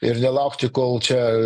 ir nelaukti kol čia